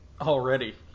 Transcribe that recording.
Already